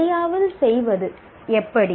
எதையாவது செய்வது எப்படி